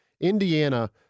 Indiana